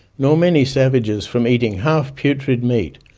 nor many savages from eating half-putrid meat.